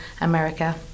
America